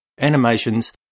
animations